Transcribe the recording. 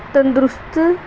ਤੰਦਰੁਸਤ